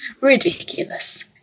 ridiculous